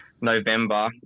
November